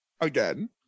again